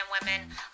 women